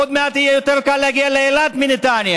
עוד מעט יהיה יותר קל להגיע לאילת מנתניה.